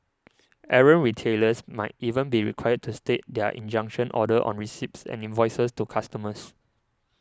errant retailers might even be required to state their injunction order on receipts and invoices to customers